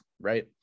right